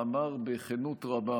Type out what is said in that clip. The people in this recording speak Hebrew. אמר בכנות רבה